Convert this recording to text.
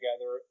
together